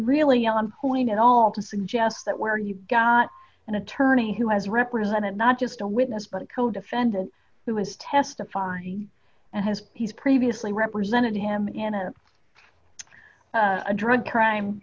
really on point at all to suggest that where you've got an attorney who has represented not just a witness but a codefendant who was testifying and his piece previously represented him in a a drug crime